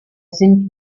sind